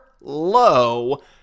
low